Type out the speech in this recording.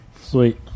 Sweet